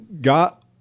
got